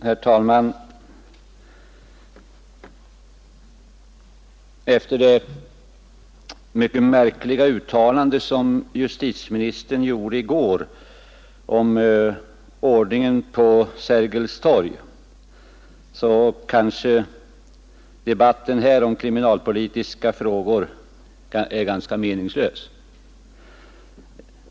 Herr talman! Efter det mycket märkliga uttalande som justitieministern gjorde i går om ordningen på Sergels torg kanske debatten om kriminalpolitiska frågor är ganska meningslös.